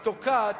תוקעת,